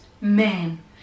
man